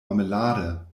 marmelade